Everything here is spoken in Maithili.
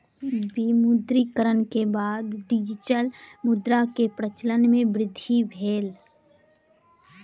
विमुद्रीकरण के बाद डिजिटल मुद्रा के प्रचलन मे वृद्धि भेल